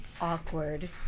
awkward